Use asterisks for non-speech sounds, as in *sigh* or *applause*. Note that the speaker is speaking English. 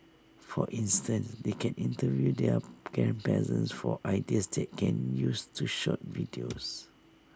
for instance they can interview their grandparents for ideas that they can use to shoot videos *noise*